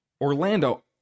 Orlando